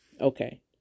Okay